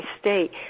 state